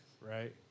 right